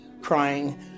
crying